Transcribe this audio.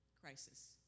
crisis